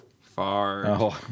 Far